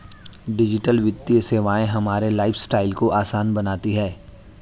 digital वित्तीय सेवाएं हमारे लाइफस्टाइल को आसान बनाती हैं